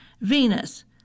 Venus